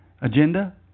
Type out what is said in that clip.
agenda